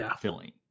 filling